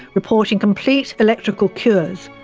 reporting complete electrical cures,